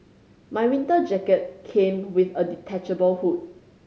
my winter jacket came with a detachable hood